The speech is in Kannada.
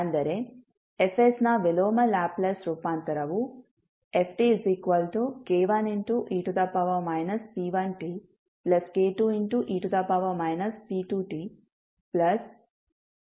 ಅಂದರೆ F ನ ವಿಲೋಮ ಲ್ಯಾಪ್ಲೇಸ್ ರೂಪಾಂತರವು ftk1e p1tk2e p2t